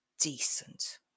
decent